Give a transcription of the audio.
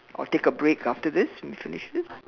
or take a break after this and finish this